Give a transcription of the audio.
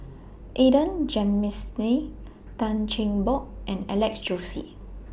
Adan Jim Miss Lee Tan Cheng Bock and Alex Josey